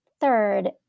third